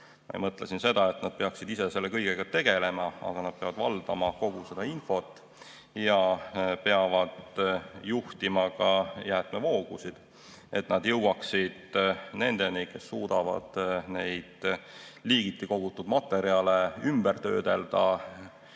Ma ei mõtle siin seda, et nad peaksid ise selle kõigega tegelema, aga nad peavad valdama kogu seda infot ja peavad juhtima ka jäätmevoogusid, et nad jõuaksid nendeni, kes suudavad neid liigiti kogutud materjale töödelda